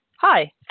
Hi